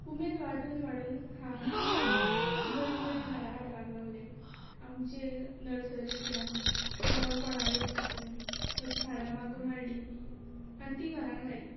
उमेद वाडून वाडून हांव अशीं बरीं बरीं झाडां हाडपाक लागली आमचे नर्सरींतल्यान जावं कोणागेर साकून अशीं झाडां मागून हाडली आनी ती घरांक लायलीं